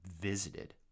visited